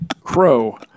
crow